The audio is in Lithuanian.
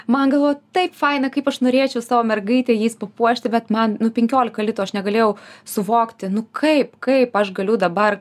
man galvoju taip faina kaip aš norėčiau savo mergaitę jais papuošti bet man nu penkiolika litų aš negalėjau suvokti nu kaip kaip aš galiu dabar